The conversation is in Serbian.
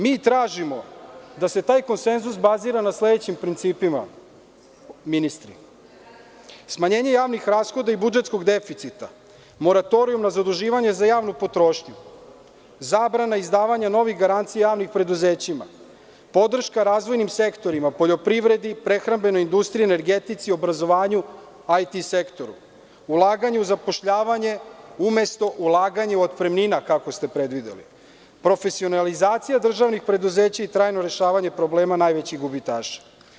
Mi tražimo da se taj konsenzus bazira na sledećim principima, ministre, smanjenje javnih rashoda i budžetskog deficita, moratorijum na zaduživanja za javnu potrošnju, zabrana izdavanja novih garancija javnim preduzećima, podrška razvojnim sektorima, poljoprivredi, prehrambenoj industriji, energetici, obrazovanju, IT sektoru, ulaganje u zapošljavanje, umesto ulaganje u otpremnine kako ste predvideli, profesionalizacija državnih preduzeća i trajno rešavanje problema najvećih gubitaša.